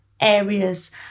areas